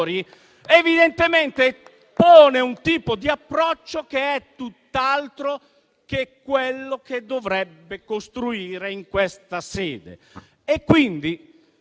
evidentemente pone un tipo di approccio che è tutt'altro che quello che dovrebbe costruire in questa sede.